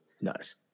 Nice